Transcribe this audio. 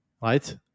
right